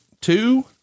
two